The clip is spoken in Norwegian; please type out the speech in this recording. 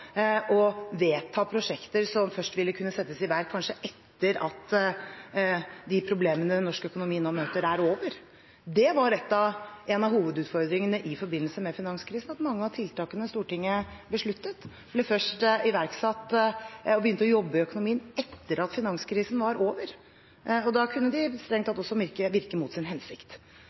å vedta prosjekter som først ville kunne settes i verk kanskje etter at de problemene norsk økonomi nå møter, er over. Det var en av hovedutfordringene i forbindelse med finanskrisen, at mange av tiltakene Stortinget besluttet, først ble iverksatt og begynte å jobbe i økonomien etter at finanskrisen var over, og da kunne de strengt tatt også virke mot sin hensikt.